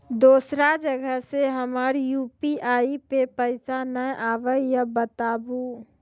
दोसर जगह से हमर यु.पी.आई पे पैसा नैय आबे या बताबू?